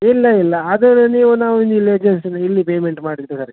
ಇಲ್ಲ ಇಲ್ಲ ಅದು ನೀವು ನಾವು ಇಲ್ಲಿ ಇಲ್ಲಿ ಪೇಮೆಂಟ್ ಮಾಡಿ ಬೇಕಾದ್ರೆ